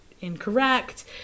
incorrect